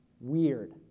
weird